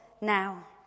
now